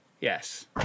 Yes